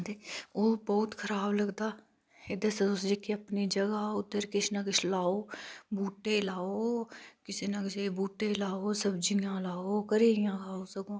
ते बहुत खराब लगदा तुस जेह्डी अपनी जगह् ऐ उत्थैं किछ ना किछ लाओ बूह्टे लाओ किसे ना किसे दे बूह्टे लाओ सब्जियां लाओ घरै दिआं खाओ सगुआं